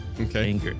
Okay